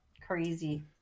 Crazy